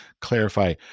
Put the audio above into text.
clarify